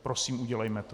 Prosím, udělejme to.